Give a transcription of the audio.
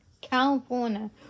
California